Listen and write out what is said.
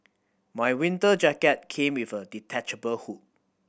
my winter jacket came with a detachable hood